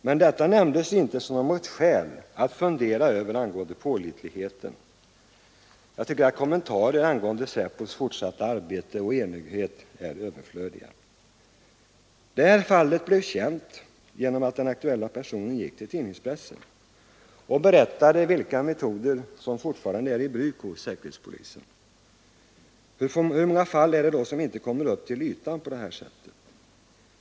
Men det nämndes inte som något skäl att fundera över pålitligheten. Kommentarer angående SÄPO:s fortsatta arbete och enögdhet är överflödiga. Det här fallet blev känt genom att den aktuella personen gick till pressen och berättade vilka metoder som fortfarande är i bruk hos säkerhetspolisen. Hur många fall är det som inte kommer upp till ytan på detta sätt?